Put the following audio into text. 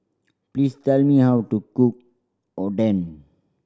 please tell me how to cook Oden